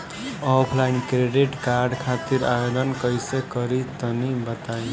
Offline credit card खातिर आवेदन कइसे करि तनि बताई?